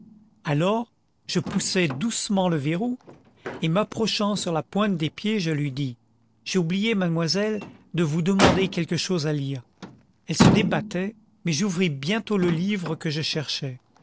alors je poussai doucement le verrou et m'approchant sur la pointe des pieds je lui dis j'ai oublié mademoiselle de vous demander quelque chose à lire elle se débattait mais j'ouvris bientôt le livre que je cherchais